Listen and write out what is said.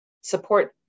support